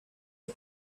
who